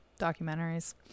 Documentaries